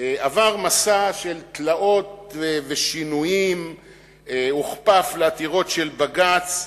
עבר מסע תלאות ושינויים והוכפף לעתירות של בג"ץ,